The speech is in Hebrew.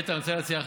איתן, תקשיב,